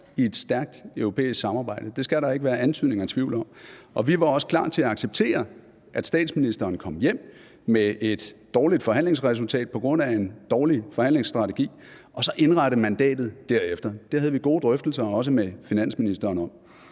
i et stærkt europæisk samarbejde – det skal der ikke være antydning af tvivl om – og vi var også klar til at acceptere, at statsministeren kom hjem med et dårligt forhandlingsresultat på grund af en dårlig forhandlingsstrategi og så indrettede mandatet derefter. Det havde vi gode drøftelser, også med finansministeren, om.